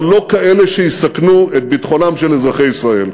אבל לא כאלה שיסכנו את ביטחונם של אזרחי ישראל.